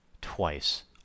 twice